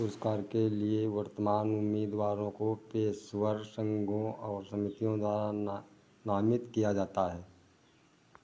पुरस्कार के लिए वर्तमान उम्मीदवारों को पेशवर सान्गो और द्वारा नामित किया जाता है